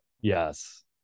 yes